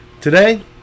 today